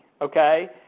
okay